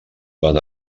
van